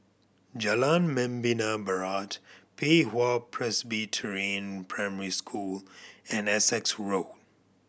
Jalan Membina Barat Pei Hwa Presbyterian Primary School and Essex Road